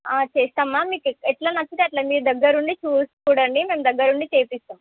చేస్తాం మ్యామ్ మీకు ఎట్లా నచ్చితే అట్లా మీరు దగ్గరుండి చూసి చూడండి మేం దగ్గరుండి చేసిస్తాం